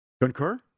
Concur